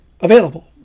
available